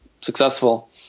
successful